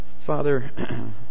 Father